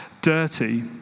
dirty